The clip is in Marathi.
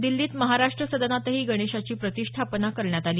दिल्लीत महाराष्ट्र सदनातही गणेशाची प्रतिष्ठापना करण्यात आली